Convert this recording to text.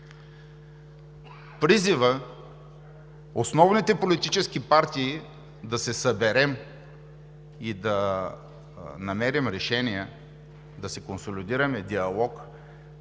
Призивът основните политически партии да се съберем и да намерим решения, да се консолидираме в диалог